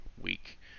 week